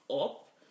up